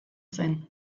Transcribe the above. zen